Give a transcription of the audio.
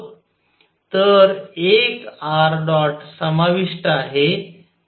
तर एक r ̇ समाविष्ट आहे